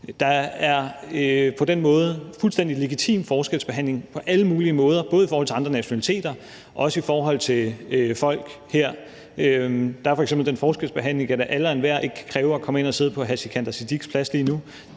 Der er på den måde fuldstændig legitim forskelsbehandling på alle mulige måder, både i forhold til andre nationaliteter og også i forhold til folk her. Der er f.eks. den forskelsbehandling, at ikke alle og enhver kan kræve at komme ind og sidde på hr. Sikandar Siddiques plads lige nu,